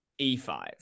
E5